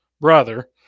brother